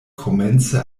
komence